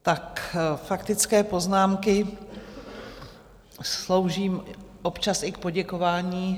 Tak faktické poznámky slouží občas i k poděkování.